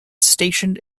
stationed